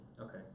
Okay